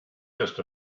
just